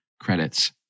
credits